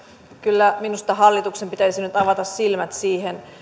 kyllä minusta hallituksen pitäisi nyt avata silmät siihen